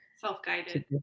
self-guided